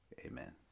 Amen